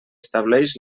estableix